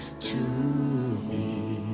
to me